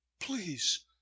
please